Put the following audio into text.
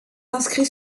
inscrit